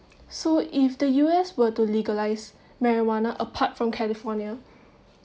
so if the U_S were to legalize marijuana apart from california